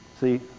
See